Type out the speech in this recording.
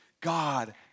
God